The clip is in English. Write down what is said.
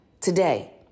today